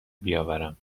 بیاورم